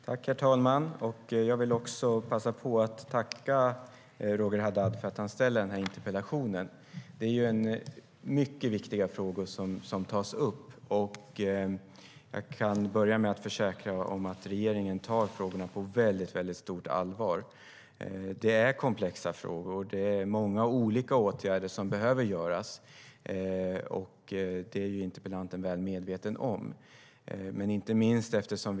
Herr talman! Jag vill också passa på att tacka Roger Haddad för att han ställde den här interpellationen. Det är mycket viktiga frågor som tas upp. Jag kan börja med att försäkra att regeringen tar dessa frågor på väldigt stort allvar. Det är komplexa frågor, och det är många olika åtgärder som behöver vidtas, och det är ju interpellanten väl medveten om.